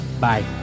Bye